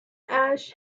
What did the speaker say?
ash